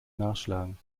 nachschlagen